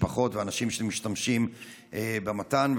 משפחות ואנשים שמשתמשים במת"מ,